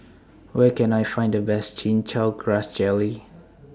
Where Can I Find The Best Chin Chow Grass Jelly